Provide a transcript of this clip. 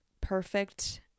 perfect